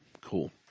Cool